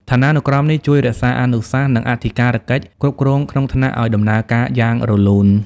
ឋានានុក្រមនេះជួយរក្សាអនុសាសន៍ និងអធិការកិច្ចគ្រប់គ្រងក្នុងថ្នាក់ឱ្យដំណើរការយ៉ាងរលូន។